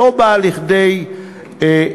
שלא באה לכדי מימוש,